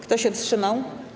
Kto się wstrzymał?